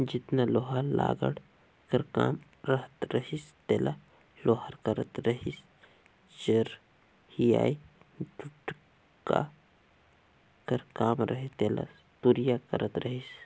जेतना लोहा लाघड़ कर काम रहत रहिस तेला लोहार करत रहिसए चरहियाए टुकना कर काम रहें तेला तुरिया करत रहिस